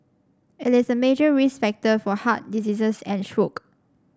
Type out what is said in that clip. it is a major risk factor for heart diseases and stroke